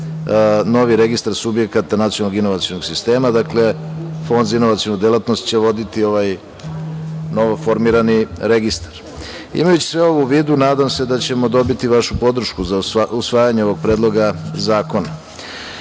novi registar subjekata nacionalnog inovacionog sistema, dakle, Fond za inovacionu delatnost će voditi ovaj novoformirani registar. Imajući sve ovo u vidu, nadam se da ćemo dobiti vašu podršku za usvajanje ovog predloga zakona. Kada